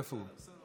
איפה הוא?